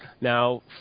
Now